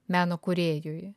meno kūrėjui